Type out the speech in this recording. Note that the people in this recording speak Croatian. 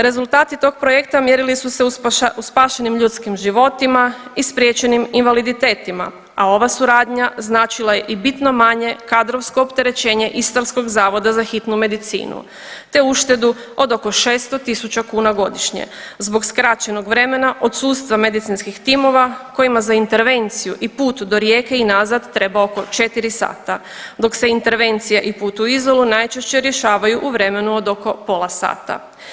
Rezultati tog projekta mjerili su se u spašenim ljudskim životima i spriječenim invaliditetima, a ova suradnja značila je i bitno manje kadrovsko opterećenje istarskog Zavoda za hitnu medicinu te uštedu od oko 600 tisuća kuna godišnje zbog skraćenog vremena, odsustva medicinskih timova kojima za intervenciju i put do Rijeke i nazad treba oko 4 sata, dok se intervencija i put u Izolu najčešće rješavaju u vremenu od oko pola sata.